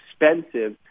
expensive